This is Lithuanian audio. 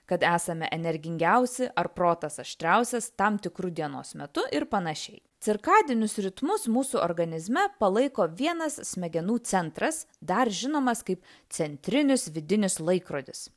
kad esame energingiausi ar protas aštriausias tam tikru dienos metu ir panašiai cirkadinius ritmus mūsų organizme palaiko vienas smegenų centras dar žinomas kaip centrinis vidinis laikrodis